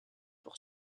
pour